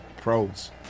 pros